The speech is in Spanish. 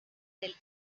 del